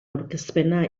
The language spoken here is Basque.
aurkezpena